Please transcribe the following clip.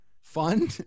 fun